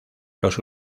los